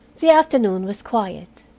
the afternoon was quiet.